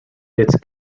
its